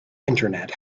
internet